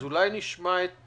אולי נשמע את